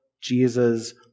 Jesus